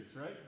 right